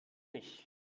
nicht